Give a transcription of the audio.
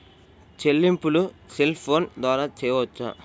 చెల్లింపులు cell phone ద్వారా చేయవచ్చా?